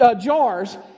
jars